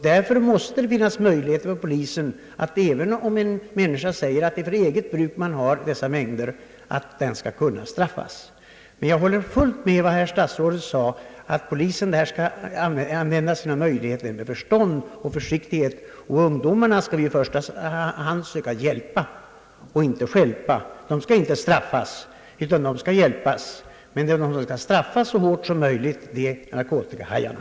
Det måste finnas möjligheter för polisen att kunna ingripa även om en människa säger att det är för eget bruk hon har dessa mängder. Men jag håller helt med statsrådet om att polisen härvidlag skall använda sina möjligheter med förstånd och försiktighet, då det gäller ungdomar, som man skall i första hand söka hjälpa och inte stjälpa. De skall inte eller milt straffas. De som skall traffas så hårt som möjligt är däremot narkotikahajarna.